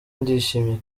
ndishimye